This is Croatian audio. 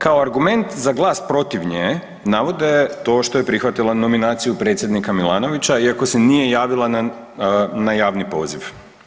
Kao argument za glas protiv nje navode to što je prihvatila nominaciju predsjednika Milanovića, iako se nije javila na javni poziv.